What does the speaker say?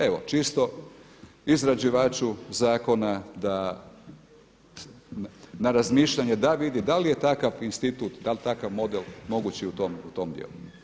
Evo čisto izrađivaču zakona da, na razmišljanje da vidi da li je takav institut, da li takav model moguć i u tom dijelu.